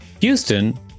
Houston